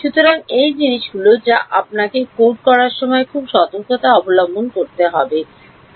সুতরাং এই জিনিসগুলি যা আপনাকে কোড করার সময় খুব সতর্কতা অবলম্বন করতে হবে